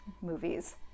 movies